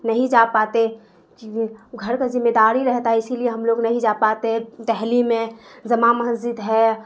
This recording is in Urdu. نہیں جا پاتے کیونکہ گھر کا ذمہ داری رہتا ہے اسی لیے ہم لوگ نہیں جا پاتے دہلی میں جامع مسجد ہے